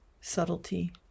subtlety